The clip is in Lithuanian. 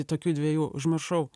tokių dviejų užmiršau